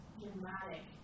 dramatic